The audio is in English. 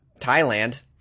Thailand